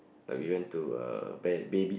like we went to uh bad baby